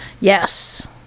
Yes